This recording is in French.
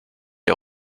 est